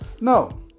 No